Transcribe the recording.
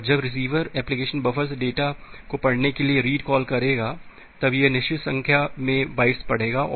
और जब receiver application buffer से डेटा को पढ़ने के लिए रीड कॉल करेगा तब यह निश्चित संख्या में बाइट्स पढ़ेगा